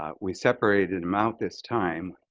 ah we separated them out this time.